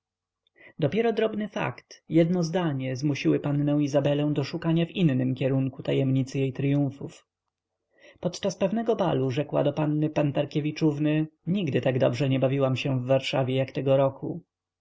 dopiero drobny fakt jedno zdanie zmusiły pannę izabelę do szukania w innym kierunku tajemnicy jej tryumfów podczas pewnego balu rzekła do panny pantarkiewiczówny nigdy tak dobrze nie bawiłam się w warszawie jak tego roku